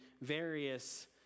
various